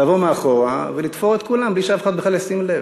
לבוא מאחורה ו"לתפור" את כולם בלי שאף אחד בכלל ישים לב.